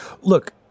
Look